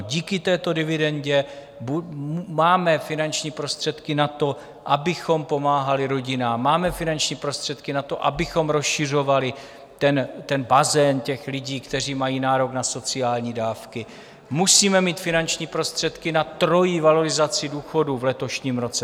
Díky této dividendě máme finanční prostředky na to, abychom pomáhali rodinám, máme finanční prostředky na to, abychom rozšiřovali bazén lidí, kteří mají nárok na sociální dávky, musíme mít finanční prostředky na trojí valorizaci důchodů v letošním roce.